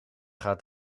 gaat